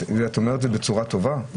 את אומרת את זה בצורה טובה?